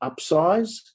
upsize